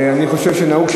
אני חושב שנהוג,